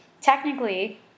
technically